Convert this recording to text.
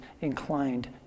inclined